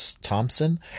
Thompson